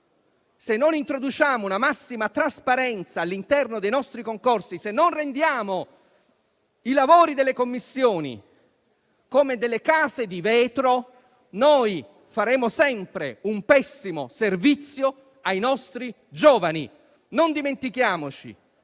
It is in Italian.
Se non introduciamo una massima trasparenza all'interno dei nostri concorsi, se non rendiamo i lavori delle commissioni delle case di vetro, noi faremo sempre un pessimo servizio ai nostri giovani. Non dimentichiamoci